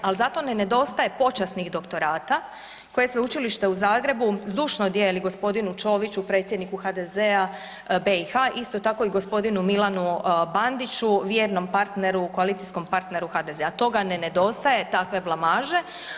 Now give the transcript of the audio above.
Al zato ne nedostaje počasnih doktorata koje Sveučilište u Zagrebu zdušno dijeli g. Čoviću, predsjedniku HDZ-a BiH, isto tako i g. Milanu Bandiću, vjernom partneru, koalicijskom partneru HDZ-a, toga ne nedostaje, takve blamaže.